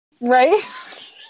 Right